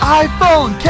iPhone